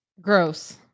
Gross